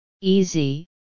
easy